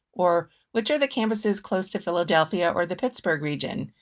or which are the campuses close to philadelphia or the pittsburgh region?